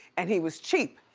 and he was cheap.